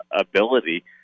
ability